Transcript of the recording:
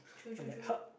and like how